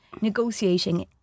negotiating